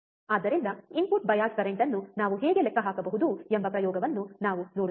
ಆದ್ದರಿಂದ input bias current ಅನ್ನು ನಾವು ಹೇಗೆ ಲೆಕ್ಕ ಹಾಕಬಹುದು ಎಂಬ ಪ್ರಯೋಗವನ್ನು ನಾವು ನೋಡುತ್ತೇವೆ